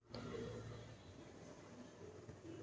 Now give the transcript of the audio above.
ఎన్ని రకాల debit card ఉన్నాయి?